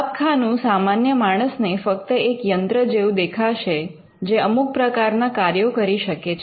છાપખાનું સામાન્ય માણસને ફક્ત એક યંત્ર જેવું દેખાશે જે અમુક પ્રકારના કાર્યો કરી શકે છે